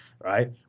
right